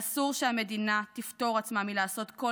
אסור שהמדינה תפטור עצמה מלעשות כל